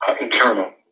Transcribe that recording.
internal